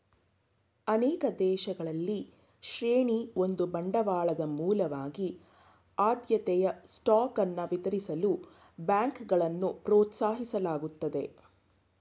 ಅನೇಕ ದೇಶಗಳಲ್ಲಿ ಶ್ರೇಣಿ ಒಂದು ಬಂಡವಾಳದ ಮೂಲವಾಗಿ ಆದ್ಯತೆಯ ಸ್ಟಾಕ್ ಅನ್ನ ವಿತರಿಸಲು ಬ್ಯಾಂಕ್ಗಳನ್ನ ಪ್ರೋತ್ಸಾಹಿಸಲಾಗುತ್ತದೆ